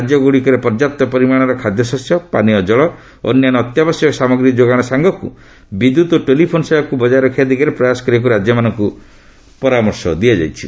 ରାଜ୍ୟଗୁଡ଼ିକରେ ପର୍ଯ୍ୟାପ୍ତ ପରିମାଣର ଖାଦ୍ୟଶସ୍ୟ ପାନୀୟ ଜଳ ଓ ଅନ୍ୟାନ୍ୟ ଅତ୍ୟାବଶ୍ୟକ ସାମଗ୍ରୀ ଯୋଗାଣ ସାଙ୍ଗକୁ ବିଦ୍ୟୁତ୍ ଓ ଟେଲିଫୋନ୍ ସେବାକୁ ବଜାୟ ରଖିବା ଦିଗରେ ପ୍ରୟାସ କରିବାକୁ ରାଜ୍ୟମାନଙ୍କୁ ପରାମର୍ଶ ଦିଆଯାଇଛି